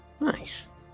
Nice